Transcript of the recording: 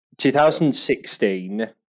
2016